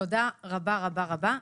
תודה רבה רבה רבה.